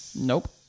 Nope